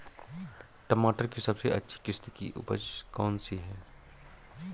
टमाटर की सबसे अच्छी किश्त की उपज कौन सी है?